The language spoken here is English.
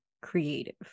creative